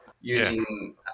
using